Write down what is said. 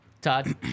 Todd